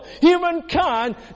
humankind